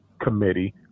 Committee